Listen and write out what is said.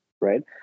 right